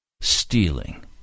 stealing